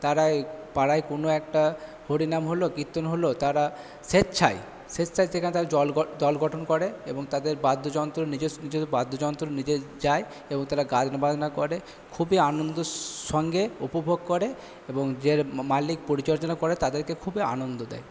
তারা এই পাড়ায় কোনো একটা হরিনাম হলো কীর্তন হলো তারা স্বেচ্ছায় দল গঠন করে এবং তাদের বাদ্যযন্ত্র নিজেস্ব নিজস্ব বাদ্যযন্ত্র নিজের চায় এবং তারা গান বাজনা করে খুবই আনন্দের সঙ্গে উপভোগ করে এবং মালিক করে তাদেরকে খুবই আনন্দ দেয়